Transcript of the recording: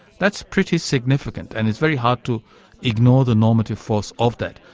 that's pretty significant, and it's very hard to ignore the normative force of that.